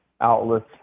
outlets